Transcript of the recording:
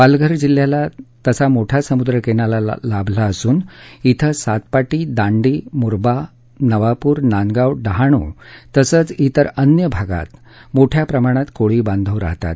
पालघर जिल्ह्याला तसा मोठा समुद्र किनारा लाभला असून इथं सातपाटी दांडी मु्रबा नवापूर नांदगाव डहाणू तसंच इतर अन्य भागांत मोठ्या प्रमाणात कोळी बांधव राहतात